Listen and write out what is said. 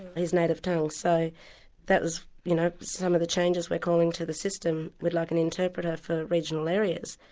his native tongue. so that was you know some of the changes we're calling to the system we'd like an interpreter for regional areas.